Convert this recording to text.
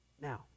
Now